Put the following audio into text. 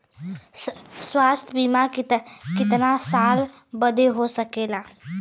स्वास्थ्य बीमा कितना साल बदे हो सकेला?